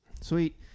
sweet